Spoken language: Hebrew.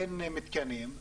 אין מתקנים,